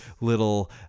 little